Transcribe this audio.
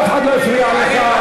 אף אחד לא הפריע לך.